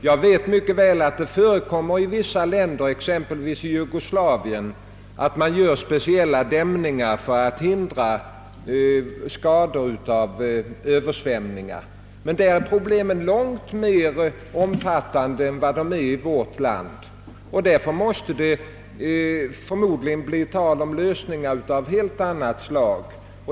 Jag vet mycket väl att det i vissa länder — exempelvis i Jugoslavien — förekommer att speciella dämmningar gjorts för att förhindra skador av översvämningar. Men i dessa länder är problemen långt mer omfattande än i vårt land. Därför måste det förmodligen bli tal om lösningar av ett helt annat slag.